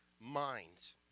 minds